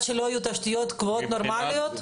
עוד לא יהיו תשתיות קבועות נורמליות?